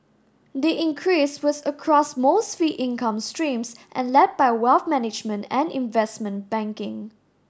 the increase was across most fee income streams and led by wealth management and investment banking